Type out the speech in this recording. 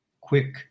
quick